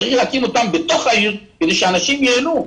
צריך להקים אותם בתוך העיר כדי שאנשים ייהנו.